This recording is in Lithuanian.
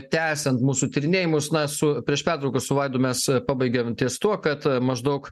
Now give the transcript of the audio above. tęsiant mūsų tyrinėjimus na su prieš pertrauką su vaidu mes pabaigėm ties tuo kad maždaug